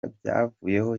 byavuyeho